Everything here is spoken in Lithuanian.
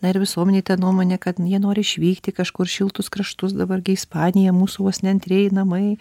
na ir visuomenėj ta nuomonė kad jie nori išvykti kažkur šiltus kraštus dabar gi ispanija mūsų vos ne antrieji namai